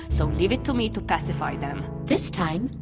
so leave it to me to pacify them this time,